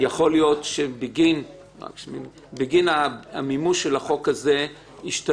יכול להיות שבגין המימוש של החוק הזה ישתנו